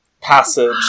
passage